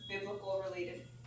biblical-related